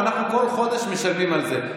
ואנחנו בכל חודש משלמים על זה,